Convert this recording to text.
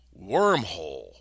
wormhole